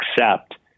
accept